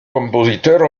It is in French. compositeurs